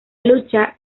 lucha